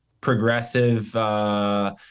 progressive